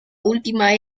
última